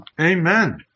Amen